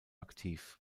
aktiv